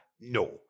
no